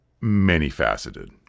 many-faceted